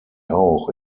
auch